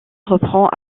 reprend